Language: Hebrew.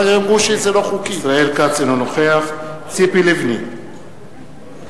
אינו נוכח ציפי לבני,